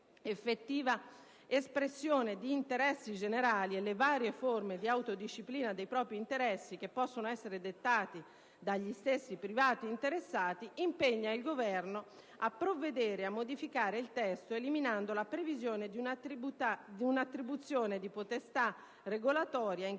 effettiva espressione di interessi generali, e le varie forme di autodisciplina dei propri interessi che possono essere dettate dagli stessi privati interessati, impegna il Governo: - a provvedere a modificare il testo eliminando la previsione di un'attribuzione di potestà regolatoria in